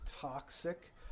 toxic